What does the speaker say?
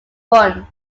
fund